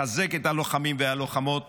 לחזק את הלוחמים והלוחמות